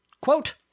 Quote